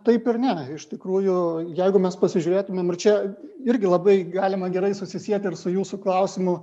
taip ir ne iš tikrųjų jeigu mes pasižiūrėtumėm ir čia irgi labai galima gerai susisieti ir su jūsų klausimu